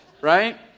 right